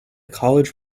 college